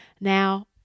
now